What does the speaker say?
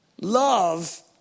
Love